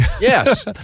yes